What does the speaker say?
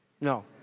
No